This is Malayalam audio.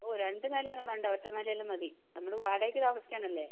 ഓ രണ്ട് നിലയൊന്നും വേണ്ട ഒറ്റ നിലയിൽ മതി നമ്മൾ വാടകക്ക് താമസിക്കാനല്ലേ